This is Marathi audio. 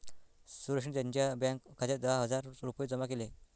सुरेशने त्यांच्या बँक खात्यात दहा हजार रुपये जमा केले